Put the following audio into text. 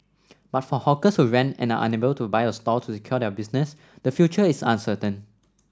but for hawkers who rent and are unable to buy a stall to secure their business the future is uncertain